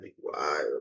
wild